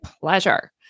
pleasure